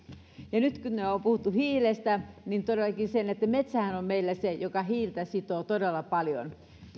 nyt kun on puhuttu hiilestä niin todellakin metsähän on meillä se joka hiiltä sitoo todella paljon